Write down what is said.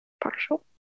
Partial